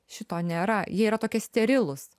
šito nėra jie yra tokie sterilūs